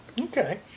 Okay